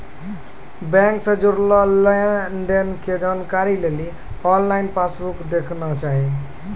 बैंको से जुड़लो लेन देनो के जानकारी लेली आनलाइन पासबुक देखना चाही